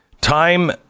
Time